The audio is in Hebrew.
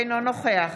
אינו נוכח